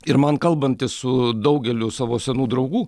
ir man kalbantis su daugeliu savo senų draugų